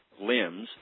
limbs